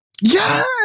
Yes